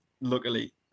luckily